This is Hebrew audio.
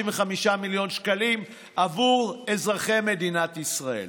מיליון שקלים עבור אזרחי מדינת ישראל.